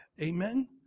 Amen